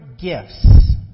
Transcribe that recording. gifts